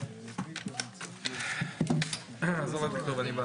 הישיבה ננעלה